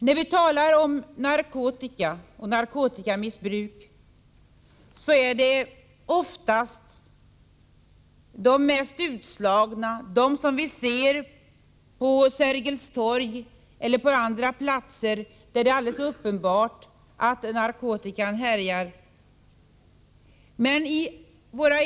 När vi talar om narkotika och narkotikamissbruk är det oftast de mest utslagna, de som vi ser på Sergels torg eller på andra platser, där det är alldeles uppenbart att narkotikan härjar, som vi har i blickpunkten.